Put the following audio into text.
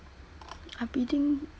I bidding